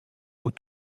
aux